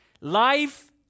life